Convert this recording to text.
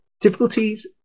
Difficulties